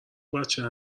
بچه